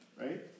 right